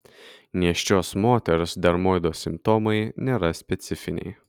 nėščios moters dermoido simptomai nėra specifiniai